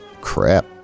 Crap